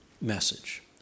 message